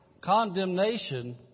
Condemnation